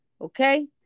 okay